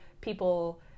people